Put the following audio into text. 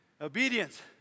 Obedience